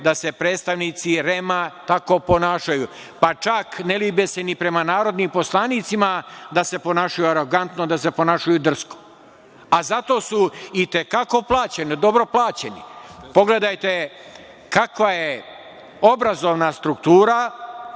da se predstavnici REM-a tako ponašaju. Pa čak ne libe se ni prema narodnim poslanicima da se ponašaju arogantno, da se ponašaju drsko, a za to su i te kako plaćeni, dobro plaćeni. Pogledajte kakva je obrazovna struktura,